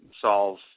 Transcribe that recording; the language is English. solve